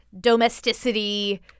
domesticity